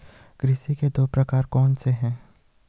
कृषि के दो प्रकार कौन से हैं?